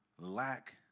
lack